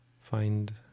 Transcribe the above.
find